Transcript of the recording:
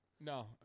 No